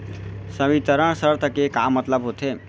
संवितरण शर्त के का मतलब होथे?